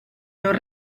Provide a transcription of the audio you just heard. non